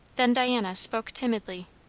then diana spoke timidly